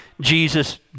Jesus